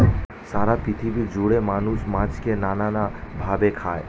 সারা পৃথিবী জুড়ে মানুষ মাছকে নানা ভাবে খায়